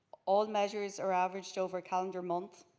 all measures are overaged over a calendar month.